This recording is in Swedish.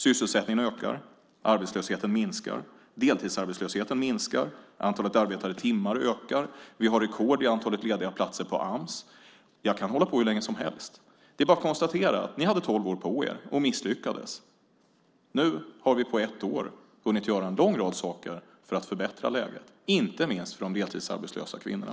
Sysselsättningen ökar, arbetslösheten minskar, deltidsarbetslösheten minskar och antalet arbetade timmar ökar. Vi har rekord i antalet lediga platser på Ams. Jag kan hålla på hur länge som helst. Det är bara att konstatera att ni hade tolv år på er och misslyckades. Nu har vi på ett år hunnit göra en lång rad saker för att förbättra läget, inte minst för de deltidsarbetslösa kvinnorna.